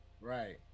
Right